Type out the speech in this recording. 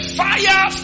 fire